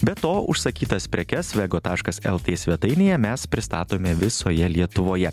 be to užsakytas prekes vego taškas lt svetainėje mes pristatome visoje lietuvoje